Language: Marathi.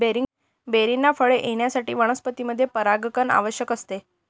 बेरींना फळे येण्यासाठी वनस्पतींमध्ये परागण आवश्यक असते